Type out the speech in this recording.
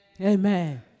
Amen